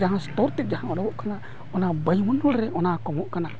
ᱥᱛᱚᱨᱛᱮᱫ ᱡᱟᱦᱟᱸ ᱩᱰᱩᱠᱚᱜ ᱠᱟᱱᱟ ᱚᱱᱟ ᱵᱟᱭᱩᱢᱚᱱᱰᱚᱞ ᱨᱮ ᱚᱱᱟ ᱠᱚᱢᱚᱜ ᱠᱟᱱᱟ